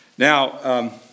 Now